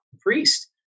Priest